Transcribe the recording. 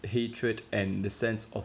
hatred and the sense of